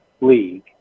league